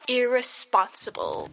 irresponsible